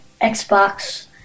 Xbox